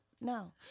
no